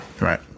Right